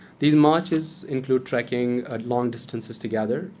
these marches include trekking ah long distances together,